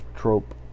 trope